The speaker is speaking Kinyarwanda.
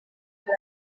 muri